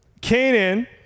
Canaan